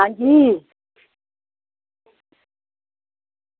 आं जी